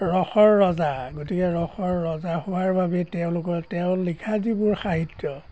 ৰসৰ ৰজা গতিকে ৰসৰ ৰজা হোৱাৰ বাবে তেওঁলোকৰ তেওঁ লিখা যিবোৰ সাহিত্য